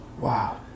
Wow